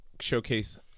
showcase